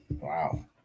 Wow